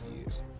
years